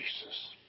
Jesus